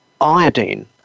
iodine